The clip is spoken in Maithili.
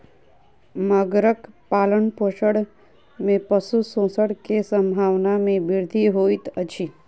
मगरक पालनपोषण में पशु शोषण के संभावना में वृद्धि होइत अछि